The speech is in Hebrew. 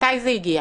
מתי זה הגיע?